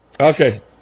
Okay